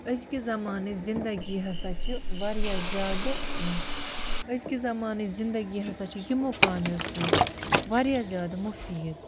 أزکِس زمانٕچ زندگی ہسا چھِ واریاہ زیادٕ أزکہِ زمانٕچ زندگی ہسا چھِ یِمو کامیو سۭتۍ واریاہ زیادٕ مُفیٖد